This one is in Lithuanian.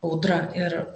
audra ir